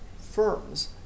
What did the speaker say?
firms